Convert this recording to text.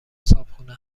صاحبخونه